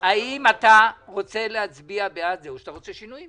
האם אתה רוצה להצביע בעד זה או שאתה רוצה שינויים.